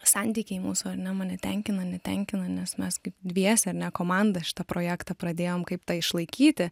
santykiai mūsų ar ne mane tenkina netenkina nes mes kaip dviese ar ne komanda šitą projektą pradėjom kaip tai išlaikyti